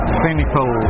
cynical